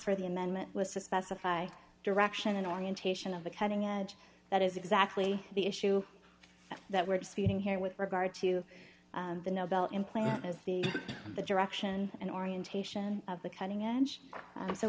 for the amendment was to specify direction and orientation of the cutting edge that is exactly the issue that we're disputing here with regard to the nobel implant as the the direction in orientation of the cutting edge